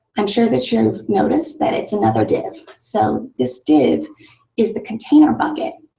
i'm sure that you noticed that it's another div. so this div is the container bucket